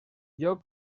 lloc